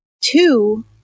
two